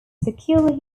secular